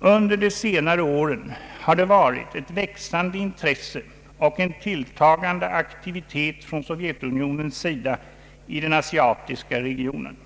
”Under de senare åren har det varit ett växande intresse och en tilltagande aktivitet från Sovjetunionens sida i den asiatiska regionen.